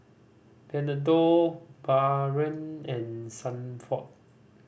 Bernardo Baron and Sanford